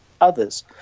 others